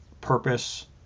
purpose